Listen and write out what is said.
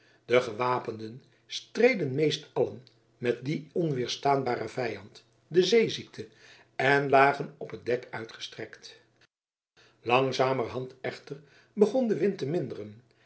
de gewapenden streden meest allen met dien onweerstaanbaren vijand de zeeziekte en lagen op het dek uitgestrekt langzamerhand echter begon de wind te minderen